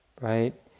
right